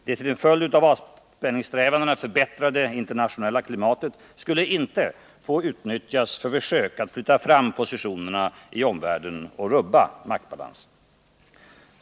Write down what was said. Det till följd av avspänningssträvandena förbättrade internationella klimatet skulle inte få utnyttjas för försök att flytta fram positionerna i omvärlden och rubba maktbalansen.